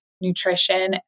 nutrition